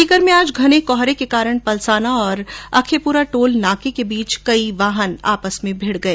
सीकर में आज घने कोहरे के कारण पलसाना और अखेपुरा टोल नाके के बीच कई वाहन आपस में भीड़ गए